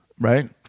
Right